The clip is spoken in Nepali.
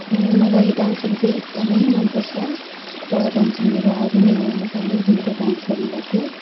मलाई डान्सिङ चाहिँ एकदमै मनपर्छ र डान्सिङ मेरो हबी नै हो म सानैदेखिको डान्स गर्ने गर्थेँ